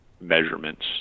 measurements